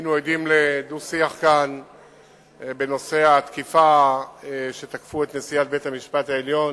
שהיינו עדים כאן לדו-שיח בנושא התקיפה שתקפו את נשיאת בית-המשפט העליון